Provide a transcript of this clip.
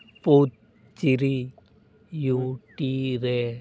Puducherry U T ᱨᱮ